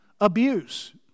abuse